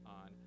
on